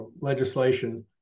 legislation